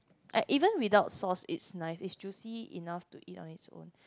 I even without sauce is nice it's juicy enough to eat on its own